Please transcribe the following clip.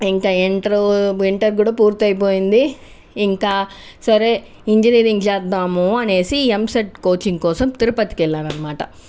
ఇంకా inter inter కూడా పూర్తి అయిపోయింది ఇంకా సరే ఇంజినీరింగ్ చేద్దాము అని ఎంసెట్ కోచింగ్ కోసం తిరుపతికి వెళ్ళాను అన్నమాట